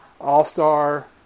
all-star